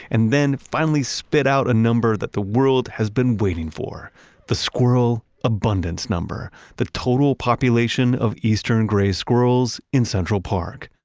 and then finally spit out a number that the world has been waiting for the squirrel abundance number the total population of eastern grey squirrels in central park,